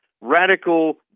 radical